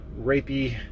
rapey